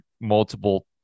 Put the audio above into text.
multiple